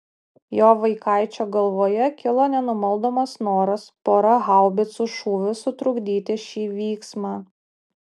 jo vaikaičio galvoje kilo nenumaldomas noras pora haubicų šūvių sutrukdyti šį vyksmą